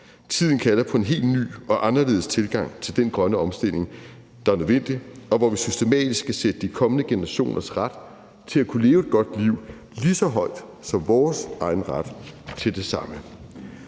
tiden kalder på en helt ny og anderledes tilgang til den grønne omstilling, der er nødvendig, og en tilgang, hvor vi systematisk skal sætte de kommende generationers ret til at kunne leve et godt liv lige så højt som vores egen ret til det samme.